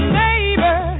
neighbor